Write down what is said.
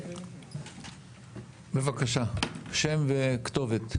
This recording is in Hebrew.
בבקשה, שם ותפקיד.